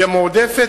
היא המועדפת,